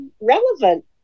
relevant